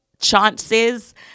chances